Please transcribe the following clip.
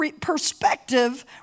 perspective